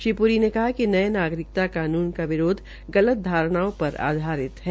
श्री प्री ने कहा कि नये नागरिकता कानून का विरोध गलत धारणाओं पर आधारित है